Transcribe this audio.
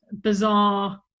bizarre